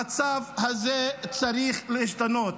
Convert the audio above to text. המצב הזה צריך להשתנות.